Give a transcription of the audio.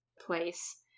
place